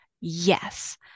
yes